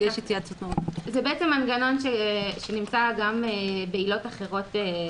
זה מנגנון שנמצא גם בעילות אחרות.